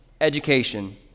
education